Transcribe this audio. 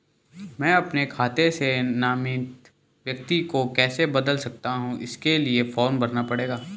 मैं अपने खाते से नामित व्यक्ति को कैसे बदल सकता हूँ इसके लिए फॉर्म भरना पड़ेगा?